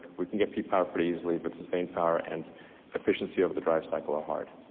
we can get peak power pretty easily, but sustained power and efficiency over the drive cycle are hard.